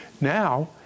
Now